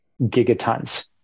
gigatons